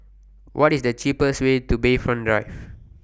What IS The cheapest Way to Bayfront Drive